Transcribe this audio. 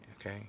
okay